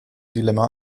dilemma